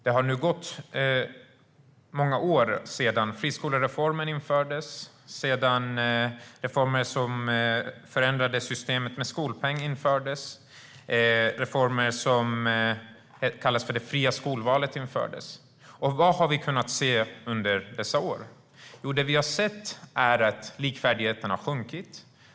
Det har nu gått många år sedan friskolereformen, reformen med skolpeng och de reformer som kallas för det fria skolvalet. Vad har vi kunnat se under dessa år? Jo, det vi har sett är att likvärdigheten har sjunkit.